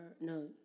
no